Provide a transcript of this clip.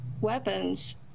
weapons